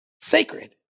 Sacred